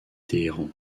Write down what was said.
téhéran